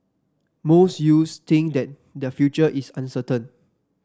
most youths think that their future is uncertain